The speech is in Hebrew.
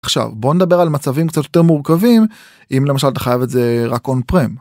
עכשיו בוא נדבר על מצבים קצת יותר מורכבים אם למשל אתה חייב את זה רק on prem.